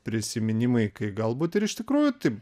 prisiminimai kai galbūt ir iš tikrųjų taip